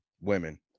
women